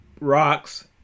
rocks